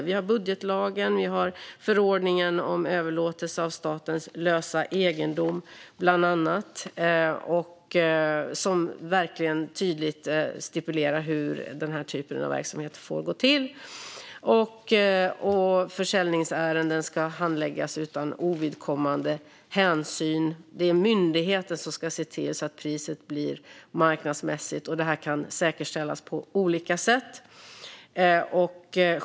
Vi har budgetlagen, och vi har bland annat förordningen om överlåtelse av statens lösa egendom, som verkligen tydligt stipulerar hur den här typen av verksamhet får gå till. Försäljningsärenden ska handläggas utan ovidkommande hänsyn. Det är myndigheten som ska se till att priset blir marknadsmässigt, och det kan säkerställas på olika sätt.